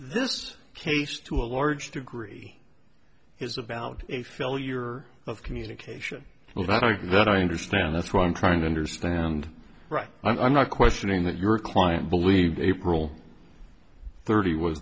this case to a large degree is about a failure of communication but i get that i understand that's why i'm trying to understand right i'm not questioning that your client believe april thirty was